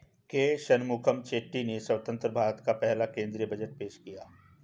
के शनमुखम चेट्टी ने स्वतंत्र भारत का पहला केंद्रीय बजट पेश किया